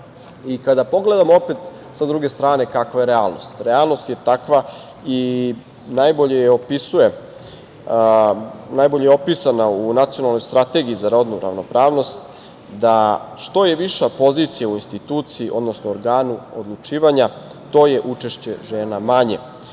pogledamo opet sa druge strane kakva je realnost, realnost je takva i najbolje je opisana u Nacionalnoj strategiji za rodnu ravnopravnost, da što je viša pozicija u instituciji, odnosno organu odlučivanja, to je učešće žena manje